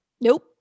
nope